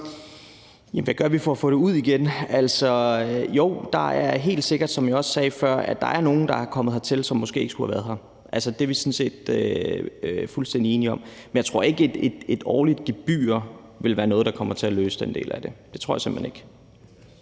hvad gør vi for at få det ud igen? Altså, der er helt sikkert, som jeg også sagde før, nogle, der er kommet hertil, som måske ikke skulle have været her. Det er vi sådan set fuldstændig enige om. Men jeg tror ikke, at et årligt gebyr vil være noget, der kommer til at løse den del af det. Det tror jeg simpelt hen ikke.